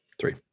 Three